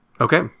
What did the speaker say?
Okay